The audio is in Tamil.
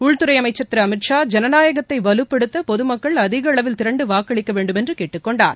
உள்துறை அமைச்சர் அமீத் ஷா ஜனநாயகத்தை வலுப்படுத்த பொதுமக்கள் அதிக அளவில் திரண்டு வாக்களிக்க வேண்டும் என்று கேட்டுக்கொண்டார்